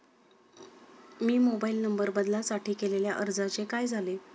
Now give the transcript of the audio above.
मी mobile number बदलासाठी केलेल्या अर्जाचे काय झाले?